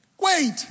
Wait